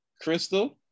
Crystal